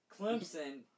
Clemson